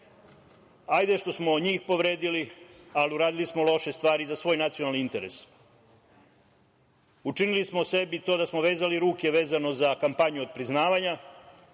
što smo njih povredili, ali uradili smo loše stvari i za svoj nacionalni interes. Učinili smo sebi da smo vezali ruke vezano za kampanju otpriznavanja,